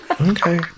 okay